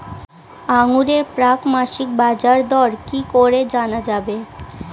আঙ্গুরের প্রাক মাসিক বাজারদর কি করে জানা যাবে?